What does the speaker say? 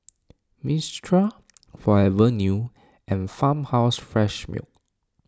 Mistral Forever New and Farmhouse Fresh Milk